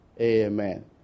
Amen